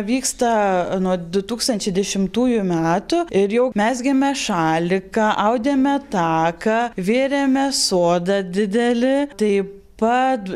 vyksta nuo du tūkstančiai dešimtųjų metų ir jau mezgėme šaliką audėme taką vėrėme sodą didelį taip pat